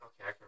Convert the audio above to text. okay